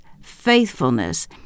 faithfulness